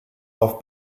auf